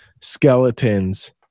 skeletons